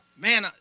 Man